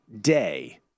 day